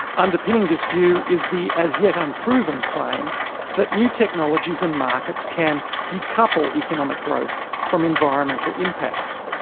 underpinning this view is the, as yet unproven, claim that new technologies and markets can decouple economic growth from environmental impacts.